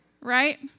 right